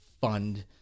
Fund